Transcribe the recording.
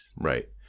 Right